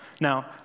Now